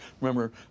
Remember